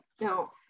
now